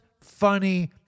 funny